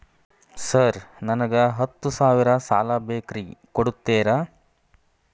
Sir ನನಗ ಹತ್ತು ಸಾವಿರ ಸಾಲ ಬೇಕ್ರಿ ಕೊಡುತ್ತೇರಾ?